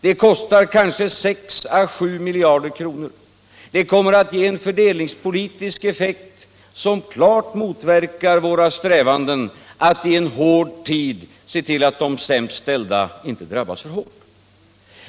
Det kostar kanske 6 å 7 miljarder kronor, och det kommer att ge en fördelningspolitisk effekt som klart motverkar våra strävanden att i en svår tid se till att de sämst ställda inte drabbas så hårt.